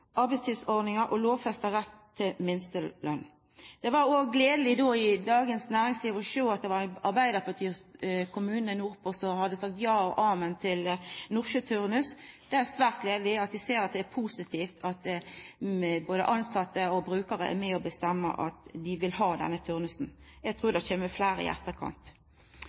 og lovfesta rett til minsteløn. Det var då gledeleg å sjå i Dagens Næringsliv at det var ein arbeidarpartistyrt kommune nordpå som hadde sagt ja og amen til nordsjøturnus. Det er svært gledeleg at dei ser det er positivt at både tilsette og brukarar er med på å bestemma at dei vil ha denne turnusen. Eg trur det kjem fleire